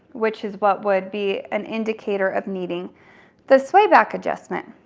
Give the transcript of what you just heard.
which is what would be an indicator of needing the sway back adjustment.